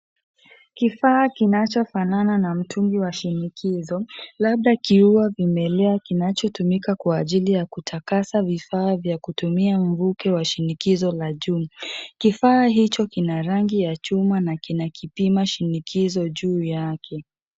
Kifaa kinachofanana na mtungi wa shinikizo labda kiuwa vimelea kinachotumika kwa ajili ya kutakasa vifaa vya kutumia mvuke wa shinikizo la juu. Kifaa hicho kina rangi ya chuma na kinakipima shinikizo juu yake.